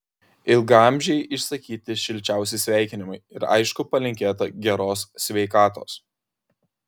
ilgaamžei išsakyti šilčiausi sveikinimai ir aišku palinkėta geros sveikatos